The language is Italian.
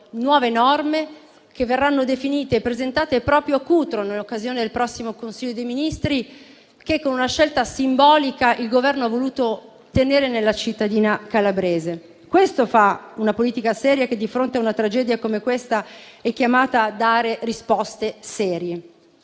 nuove norme che verranno definite e presentate proprio a Cutro, in occasione del prossimo Consiglio dei ministri che, con una scelta simbolica, il Governo ha voluto tenere nella cittadina calabrese. Questo fa una politica seria che, di fronte a una tragedia come questa, è chiamata a dare risposte serie.